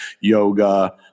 yoga